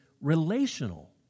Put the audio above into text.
relational